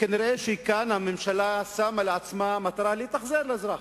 נראה שכאן הממשלה שמה לעצמה מטרה להתאכזר לאזרח,